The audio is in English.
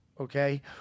okay